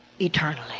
eternally